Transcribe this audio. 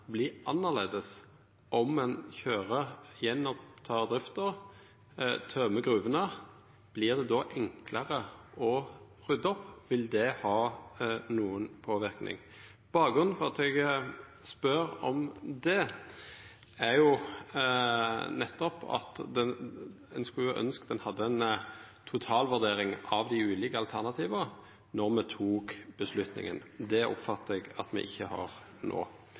gruvene? Vert det då enklare å rydda opp? Vil det ha nokon påverknad? Bakgrunnen for at eg spør om det, er nettopp at ein skulle ønskja ein hadde ei totalvurdering av dei ulike alternativa når me tek avgjerda. Det oppfattar eg at me ikkje har